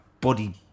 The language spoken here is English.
body